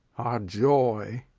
our joy,